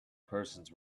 persons